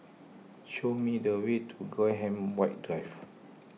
show me the way to Graham White Drive